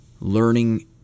Learning